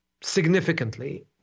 significantly